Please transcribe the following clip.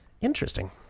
Interesting